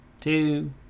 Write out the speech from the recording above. two